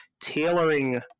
tailoring